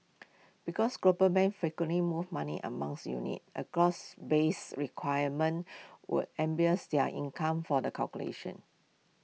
because global banks frequently move money among units A gross base requirement would am bears their income for the calculation